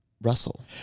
Russell